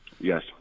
Yes